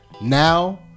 now